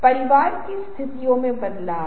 यह केंद्र में है